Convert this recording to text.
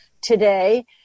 today